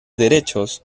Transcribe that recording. derechos